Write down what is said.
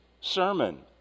sermon